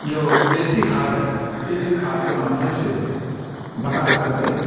जो देसी खाद है देसी खाद के माध्यम से बनाकर के